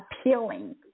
appealing